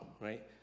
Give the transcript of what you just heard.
right